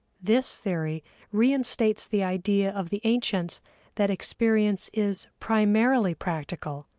this theory reinstates the idea of the ancients that experience is primarily practical,